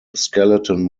skeleton